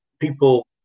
People